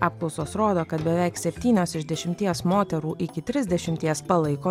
apklausos rodo kad beveik septynios iš dešimties moterų iki trisdešimties palaiko